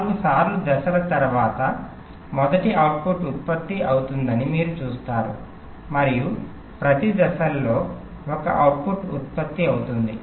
నాలుగు సార్లు దశల తర్వాత మొదటి అవుట్పుట్ ఉత్పత్తి అవుతుందని మీరు చూస్తారు మరియు ప్రతి దశల్లో ఒక అవుట్పుట్ ఉత్పత్తి అవుతుంది